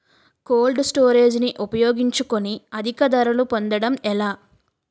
Cold storage ని ఉపయోగించుకొని అధిక ధరలు పొందడం ఎలా?